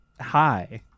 hi